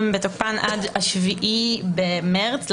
עד ה-7 במרס.